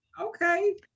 Okay